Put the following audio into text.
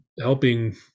helping